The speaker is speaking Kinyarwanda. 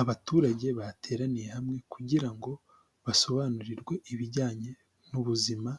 Abaturage bateraniye hamwe kugira ngo basobanurirwe ibijyanye n'ubuzima